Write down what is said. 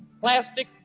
plastic